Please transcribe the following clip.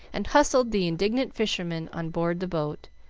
and hustled the indignant fishermen on board the boat,